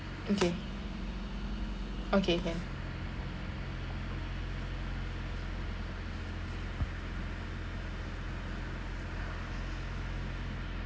okay okay can